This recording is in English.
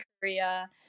Korea